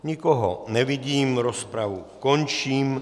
Nikoho nevidím, rozpravu končím.